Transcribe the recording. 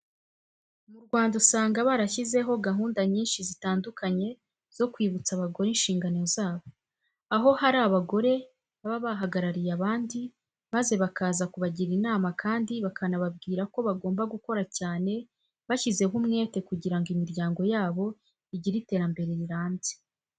Mu Rwanda usanga barashyizeho gahunda nyinshi zitandukanye zo kwibutsa abagore inshingano zabo, aho hari abagore baba bahagarariye abandi maze bakaza kubagira inama kandi bakanababwira ko bagomba gukora cyane bashyizeho umwete kugira ngo imiryango yabo igire iterambere rirambye.